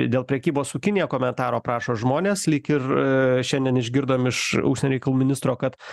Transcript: dėl prekybos su kinija komentaro prašo žmonės lyg ir šiandien išgirdom iš užsienio reikalų ministro kad